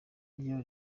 ryo